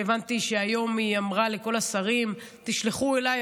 שהבנתי שהיום היא אמרה לכל השרים: תשלחו אליי,